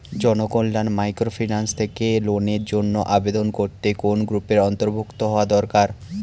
Janakalyan microfinance থেকে লোনের জন্য আবেদন করতে কোন গ্রুপের অন্তর্ভুক্ত হওয়া দরকার?